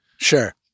Sure